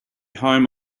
home